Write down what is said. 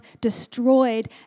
destroyed